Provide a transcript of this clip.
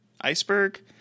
iceberg